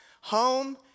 home